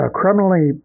criminally